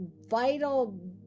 vital